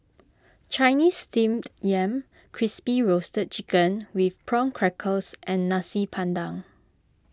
Chinese Steamed Yam Crispy Roasted Chicken with Prawn Crackers and Nasi Padang